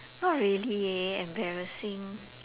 not really leh embarrassing